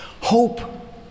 Hope